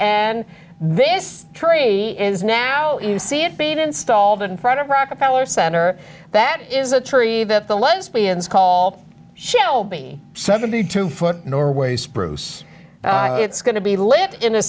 and this tree is now if you see it being installed in front of rockefeller center that is a tree that the lesbians call shelby seventy two foot norway spruce it's going to be laid in a